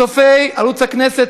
צופי ערוץ הכנסת,